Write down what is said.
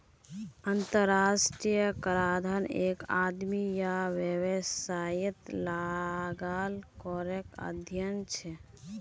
अंतर्राष्ट्रीय कराधन एक आदमी या वैवसायेत लगाल करेर अध्यन छे